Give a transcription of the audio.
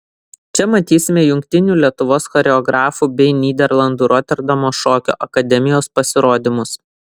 čia matysime jungtinių lietuvos choreografų bei nyderlandų roterdamo šokio akademijos pasirodymus